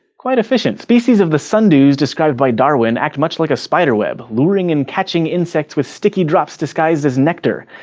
quite efficient! species of the sundews described by darwin act much like a spider web luring and catching insects with sticky drops disguised as nectar.